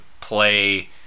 play